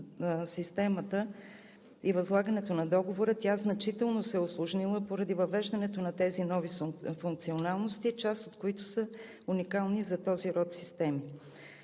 системата и възлагането на договора, тя значително се е усложнила поради въвеждането на тези нови функционалности, част от които са уникални за този род системи.